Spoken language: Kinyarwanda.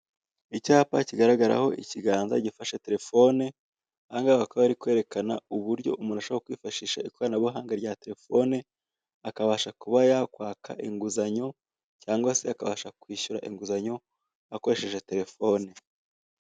Icyapa kigaragaraho ikiganza gifashe telefoni, aha ngaha bakaba bari kwerekana uburyo umuntu ashobora kwifashisha ikoranabuhanga rya telefoni, akabasha kuba yakwaka inguzanyo cyangwa se akabasha kwishyura inguzanyo akoresheje telefoni.